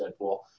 Deadpool